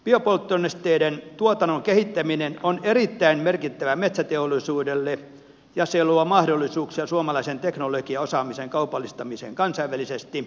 biopolttonesteiden tuotannon kehittäminen on erittäin merkittävää metsäteollisuudelle ja se luo mahdollisuuksia suomalaisen teknologiaosaamisen kaupallistamiseen kansainvälisesti